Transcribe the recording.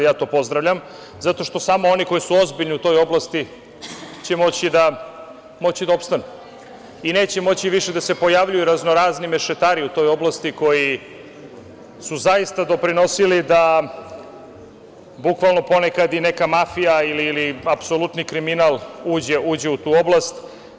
Ja to pozdravljam, zato što samo oni koji su ozbiljni u toj oblasti će moći da opstanu i neće više moći da se pojavljuju raznorazni mešetari u toj oblasti koji su zaista doprinosili da bukvalno ponekad i neka mafija ili apsolutni kriminal uđe u tu oblast.